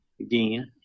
again